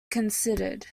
considered